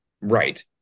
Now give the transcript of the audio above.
right